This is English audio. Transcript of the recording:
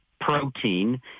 protein